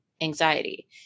anxiety